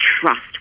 trust